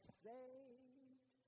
saved